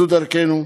זו דרכנו,